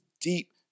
deep